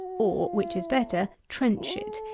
or, which is better, trench it,